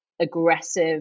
aggressive